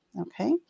okay